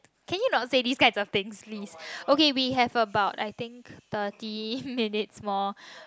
can you not say this kinds of things please okay we have about I think thirty minutes more